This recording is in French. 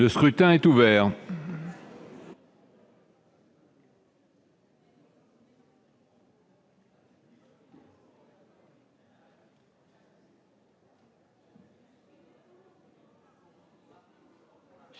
Le scrutin est ouvert.